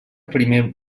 primer